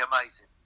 amazing